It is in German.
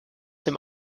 dem